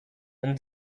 and